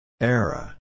Era